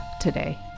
today